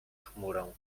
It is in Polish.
chmurą